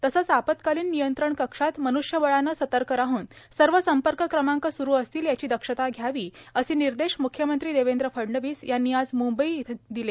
तसंच आपत्कालीन नियंत्रण कक्षात मन्ष्यबळानं सतर्क राहन सर्व संपर्क क्रमांक स्रू असतीलए याची दक्षता घ्यावीए असे निर्देश मुख्यमंत्री देवेंद्र फडणवीस यांनी आज मुंबई इथं दिले